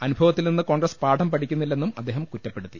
അനുഭവത്തിൽ നിന്ന് കോൺഗ്രസ് പാഠം പഠിക്കുന്നില്ലെന്നും അദ്ദേഹം കുറ്റപ്പെടുത്തി